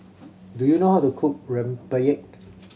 do you know how to cook rempeyek